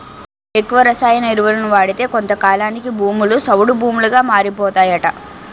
ఎక్కువ రసాయన ఎరువులను వాడితే కొంతకాలానికి భూములు సౌడు భూములుగా మారిపోతాయట